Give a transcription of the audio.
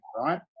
right